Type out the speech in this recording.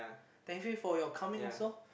thank you for your coming also